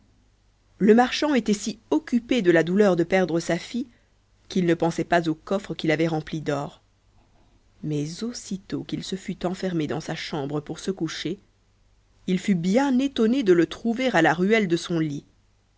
le marchand était si occupé de la douleur de perdre sa fille qu'il ne pensait pas au coffre qu'il avait rempli d'or mais aussitôt qu'il se fut renfermé dans sa chambre pour se coucher il fut bien étonné de le trouver à la ruelle de son lit